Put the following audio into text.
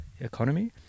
economy